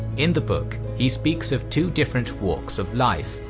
in the book, he speaks of two different walks of life,